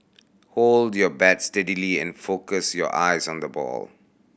hold your bat steadily and focus your eyes on the ball